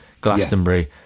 glastonbury